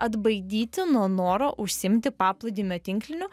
atbaidyti nuo noro užsiimti paplūdimio tinkliniu